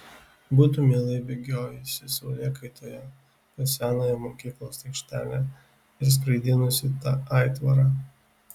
būtų mielai bėgiojusi saulėkaitoje po senąją mokyklos aikštelę ir skraidinusi tą aitvarą